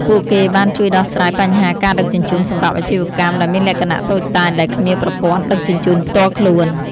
ពួកគេបានជួយដោះស្រាយបញ្ហាការដឹកជញ្ជូនសម្រាប់អាជីវកម្មដែលមានលក្ខណៈតូចតាចដែលគ្មានប្រព័ន្ធដឹកជញ្ជូនផ្ទាល់ខ្លួន។